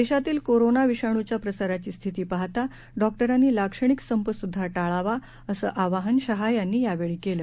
देशातील कोरोना विषाणूच्या प्रसाराची स्थिती पाहता डॉक्टरांनी लाक्षणिक संप सुद्धा टाळावा असे आवाहन शहा यांनी यावेळी केले